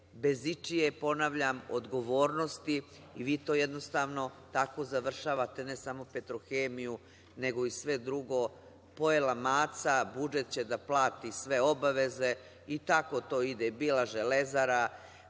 bez ičije odgovornosti? Vi to jednostavno tako završavate, ne samo „Petrohemiju“, nego i sve drugo pojela maca, budžet će da plati sve obaveze i tako to ide. Bila „Železara“,